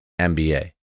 MBA